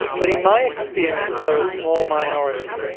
but in my experience, they're a small minority.